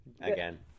again